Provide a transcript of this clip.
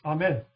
Amen